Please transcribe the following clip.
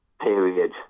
period